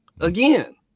again